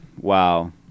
Wow